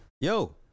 Yo